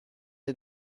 est